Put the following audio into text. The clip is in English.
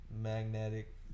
magnetic